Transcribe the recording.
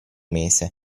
mese